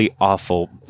awful